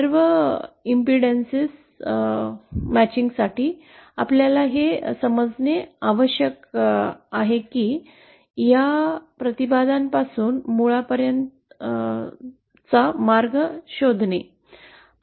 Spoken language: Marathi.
सर्व प्रतिबाधा जुळल्यानंतर आपल्याला हे समजणे आवश्यक आहे की या प्रतिबाधापासून मूळपर्यंतचा मार्ग शोधणे